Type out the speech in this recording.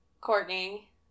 Courtney